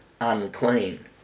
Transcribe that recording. unclean